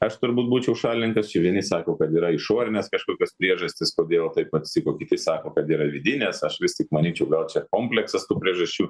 aš turbūt būčiau šalininkas jų vieni sako kad yra išorinės kažkokios priežastys kodėl taip atsitiko kiti sako kad yra vidinės aš vis tik manyčiau gal čia kompleksas tų priežasčių